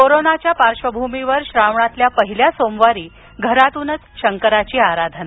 कोरोनाच्या पार्श्वभूमीवर श्रावणातील पहिल्या सोमवारी घरातूनच शंकराची आराधना